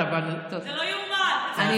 זה לא יאומן, אצל השר שלך.